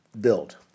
Build